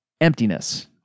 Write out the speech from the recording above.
emptiness